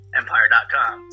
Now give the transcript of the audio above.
empire.com